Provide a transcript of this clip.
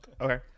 Okay